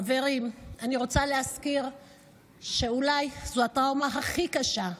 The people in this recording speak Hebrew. חברים, אני רוצה להזכיר שאולי זו הטראומה הכי קשה,